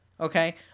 okay